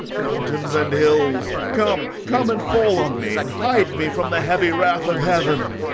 mountains and hills, come, come, and fall on me, and hide me from the heavy wrath of heaven!